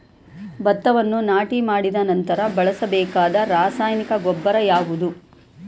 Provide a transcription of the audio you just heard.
ಭತ್ತವನ್ನು ನಾಟಿ ಮಾಡಿದ ನಂತರ ಬಳಸಬೇಕಾದ ರಾಸಾಯನಿಕ ಗೊಬ್ಬರ ಯಾವುದು?